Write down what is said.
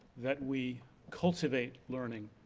that we cultivate learning,